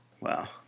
Wow